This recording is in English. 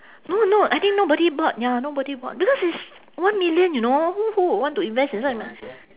no no I think nobody bought ya nobody bought because it's one million you know who who would want to invest in such a